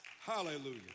Hallelujah